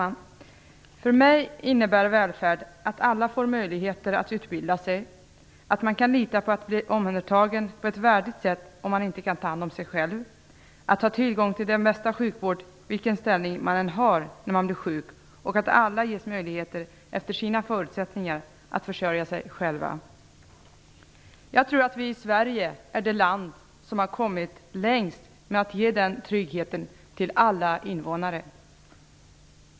Fru talman! För mig innebär välfärd att alla får möjlighet att utbilda sig, att man kan lita på att bli omhändertagen på ett värdigt sätt om man inte kan ta hand om sig själv, att ha tillgång till den bästa sjukvård vilken ställning man än har när man blir sjuk och att alla ges möjlighet att efter sina förutsättningar försörja sig själva. Sverige är nog det land där vi kommit längst när det gäller att ge den tryggheten till alla invånare.